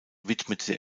widmete